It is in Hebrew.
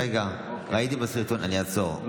ראיתי בסרטונים, אני אעצור.